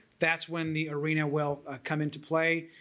that's when the arena will come into play